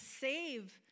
save